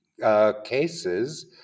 cases